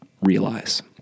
realize